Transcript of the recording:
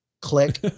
Click